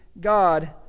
God